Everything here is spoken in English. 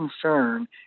concern